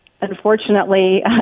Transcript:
unfortunately